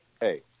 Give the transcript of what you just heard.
Hey